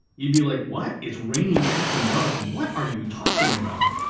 you'd be like, what? it's raining cats and dogs? what are you talking about?